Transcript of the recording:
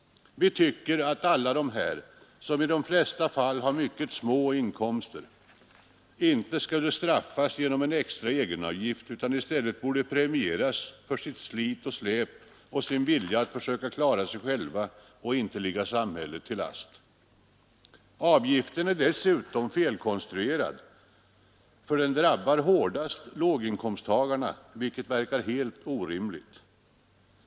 Vi tycker att alla dessa, som i de flesta fall har mycket små inkomster, inte skulle straffas genom en extra egenavgift utan i stället borde premieras för sitt slit och släp och sin vilja att försöka klara sig själva och inte ligga samhället till last. Avgiften är dessutom felkonstruerad så att den drabbar låginkomsttagarna hårdast, vilket verkar helt orimligt.